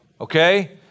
okay